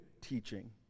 teaching